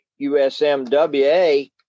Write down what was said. USMWA